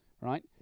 right